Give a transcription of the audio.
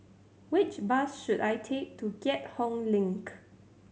which bus should I take to Keat Hong Link